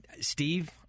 Steve